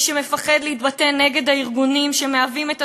מי שמפחד להתבטא נגד הארגונים שמהווים את